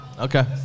Okay